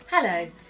Hello